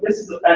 is a